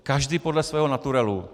Každý podle svého naturelu.